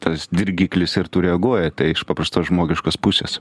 tas dirgiklis ir tu reaguoji tai iš paprastos žmogiškos pusės